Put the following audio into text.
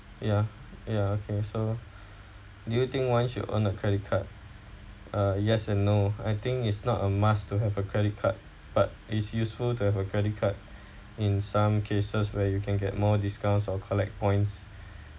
ya ya okay so do you think once you earn a credit card uh yes and no I think is not a must to have a credit card but is useful to have a credit card in some cases where you can get more discounts or collect points